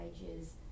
pages